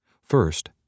First